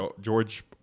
George